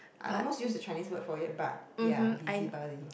I almost used a Chinese word for it but ya busybody